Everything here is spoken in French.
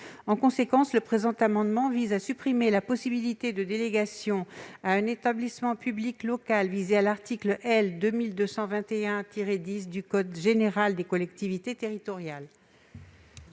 En conséquence, le présent amendement vise à supprimer la possibilité de délégation à un établissement public local visé à l'article L. 2221-10 du CGCT. La parole est à M.